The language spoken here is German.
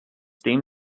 dem